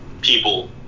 people